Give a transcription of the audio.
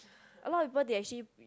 a lot people they actually